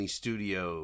studio